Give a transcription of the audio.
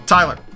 Tyler